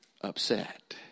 upset